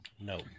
No